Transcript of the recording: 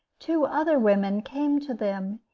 two other women came to them,